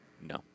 No